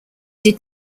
did